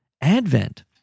Advent